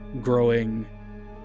growing